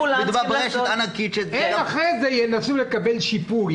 הם אחרי זה ינסו לקבל שיפוי,